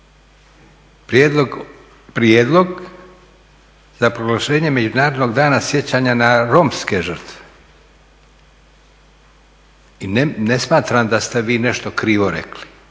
Prijedlog za proglašenje Međunarodnog dana sjećanja na romske žrtve i ne smatram da ste vi nešto krivo rekli,